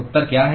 उत्तर क्या है